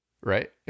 right